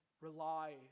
rely